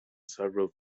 several